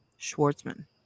Schwartzman